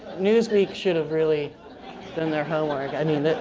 newsweek should have really done their homework. i mean,